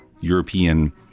European